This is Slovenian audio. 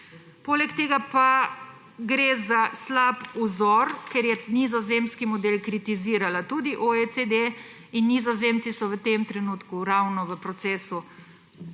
Poleg tega pa gre za slab vzor, ker je nizozemski model kritizirala tudi OECD in Nizozemci so v tem trenutku ravno v procesu